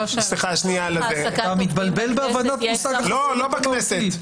אתה מבלבל בהבנת המושג של חסינות מהותית...